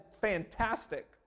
fantastic